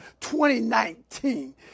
2019